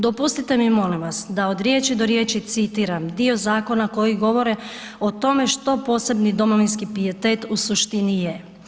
Dopustite mi molim vas da od riječi do riječi citiram dio zakona koji govore o tome što posebni domovinski pijetet u suštini je.